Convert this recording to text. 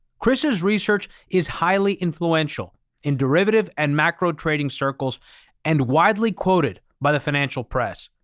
chris's research is highly influential in derivative and macro trading circles and widely quoted by the financial press.